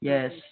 Yes